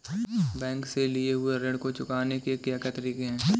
Bank से लिए हुए ऋण को चुकाने के क्या क्या तरीके हैं?